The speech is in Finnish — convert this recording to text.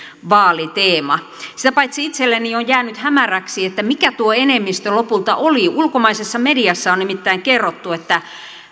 vaaliteema sitä paitsi itselleni on jäänyt hämäräksi mikä tuo enemmistö lopulta oli ulkomaisessa mediassa on nimittäin kerrottu että